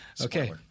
Okay